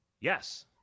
Yes